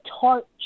tart